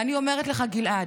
ואני אומרת לך, גלעד,